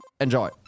Enjoy